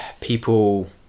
people